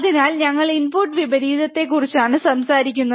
അതിനാൽ ഞങ്ങൾ ഇൻപുട്ട് വിപരീതത്തെക്കുറിച്ചാണ് സംസാരിക്കുന്നത്